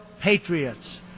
patriots